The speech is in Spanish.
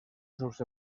sus